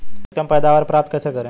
अधिकतम पैदावार प्राप्त कैसे करें?